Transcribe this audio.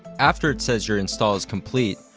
after it says your install is complete,